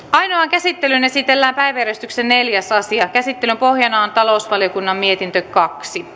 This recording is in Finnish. käsittelyyn esitellään päiväjärjestyksen neljäs asia käsittelyn pohjana on talousvaliokunnan mietintö kaksi